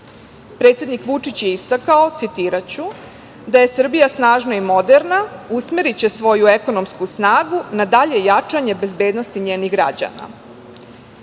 Predsednik Vučić je istakao, citiraću – da je Srbija snažna i moderna, usmeriće svoju ekonomsku snagu na dalje jačanje bezbednosti njenih građana. Danas